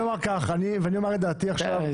עכשיו את דעתי.